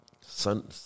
son